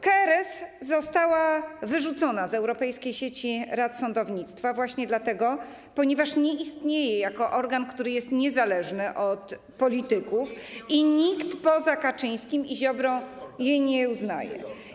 KRS została wyrzucona z Europejskiej Sieci Rad Sądownictwa właśnie dlatego, że nie istnieje jako organ, który jest niezależny od polityków, i nikt poza Kaczyńskim i Ziobrą jej nie uznaje.